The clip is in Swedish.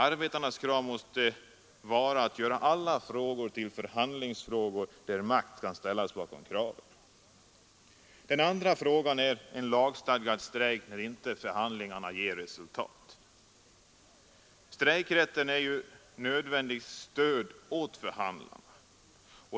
Arbetarnas krav måste vara att göra alla frågor till förhandlingsfrågor, där makt kan ställas bakom kraven. Den andra frågan gäller lagstadgad rätt till strejk om inte förhandlingarna ger resultat. Strejkrätten är nödvändig som stöd åt förhandlarna.